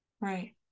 right